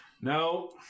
No